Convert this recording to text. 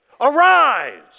Arise